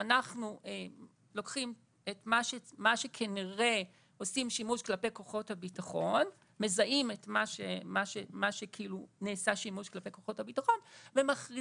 אנחנו מזהים את מה שכאילו נעשה שימוש כלפי כוחות הביטחון ומכריזים